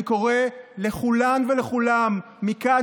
אני קורא לכולן ולכולם מכאן,